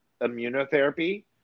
immunotherapy